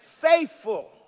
Faithful